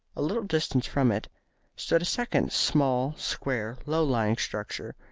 a little distance from it stood a second small square low-lying structure,